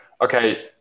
okay